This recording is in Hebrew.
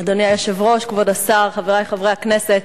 אדוני היושב-ראש, כבוד השר, חברי חברי הכנסת,